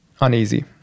uneasy